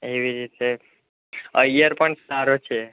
એવી રીતે ઍૈયર પણ સારો છે